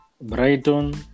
Brighton